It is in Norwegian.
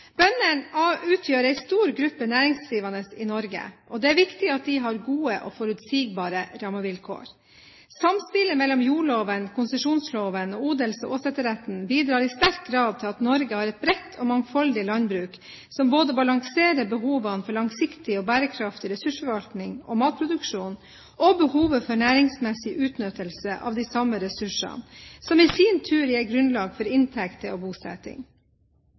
Bøndene utgjør en stor gruppe næringsdrivende i Norge, og det er viktig at de har gode og forutsigbare rammevilkår. Samspillet mellom jordloven, konsesjonsloven og odels- og åsetesretten bidrar i sterk grad til at Norge har et mangfoldig landbruk som balanserer behovene for en langsiktig og bærekraftig ressursforvaltning og matproduksjon og behovet for en næringsmessig utnyttelse av de samme ressursene, som i sin tur gir grunnlag for inntekter og bosetting.